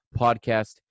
podcast